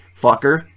fucker